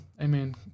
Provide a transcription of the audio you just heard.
Amen